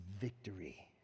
victory